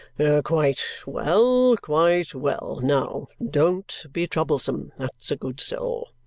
quite well, quite well! now don't be troublesome, that's a good soul!